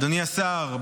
אדוני השר,